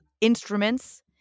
instruments